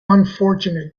unfortunate